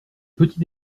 petit